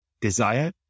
desire